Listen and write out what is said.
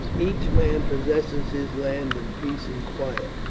each man possesses his land in peace and quiet.